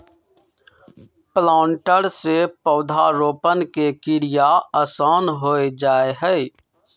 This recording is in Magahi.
प्लांटर से पौधरोपण के क्रिया आसान हो जा हई